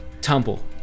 tumble